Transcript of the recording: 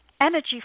energy